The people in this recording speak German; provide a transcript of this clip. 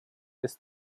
ist